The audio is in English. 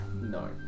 no